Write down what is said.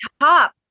top